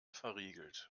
verriegelt